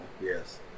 yes